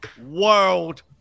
World